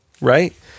right